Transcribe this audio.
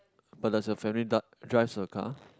but does the family d~ drives a car